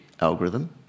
algorithm